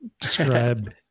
Describe